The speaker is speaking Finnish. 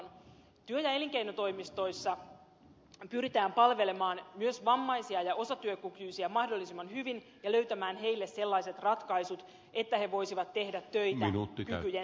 työ ja elinkeinotoimistoissa pyritään palvelemaan myös vammaisia ja osatyökykyisiä mahdollisimman hyvin ja löytämään heille sellaiset ratkaisut että he voisivat tehdä töitä joiden